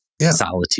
solitude